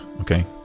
okay